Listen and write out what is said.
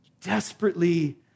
Desperately